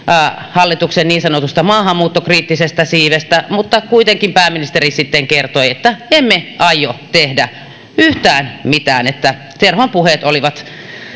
hallituksen niin sanotusta maahanmuuttokriittisestä siivestä mutta kuitenkin pääministeri sitten kertoi että emme aio tehdä yhtään mitään että terhon puheet olivat